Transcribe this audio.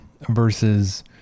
versus